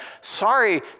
sorry